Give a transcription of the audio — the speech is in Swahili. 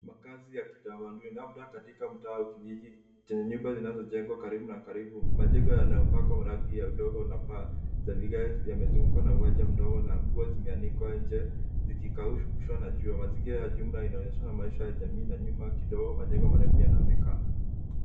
Makazi ya kitamaduni labda katika mtaa au kijiji chenye nyumba zinazojengwa kwa karibu na karibu. Majengo yanayopakwa rangi ya udongo na paa za vigae yamezungukwa na uwanja mdogo na nguo zimeanikwa nje zikikaushwa na jua. Mazingira ya jumla inaonyeshana maisha ya jamii na nyuma kidogo majengo marefu yanaonekana.